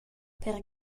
per